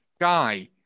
guy